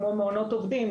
כמו מעונות עובדים,